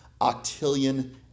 octillion